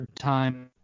time